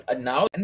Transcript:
now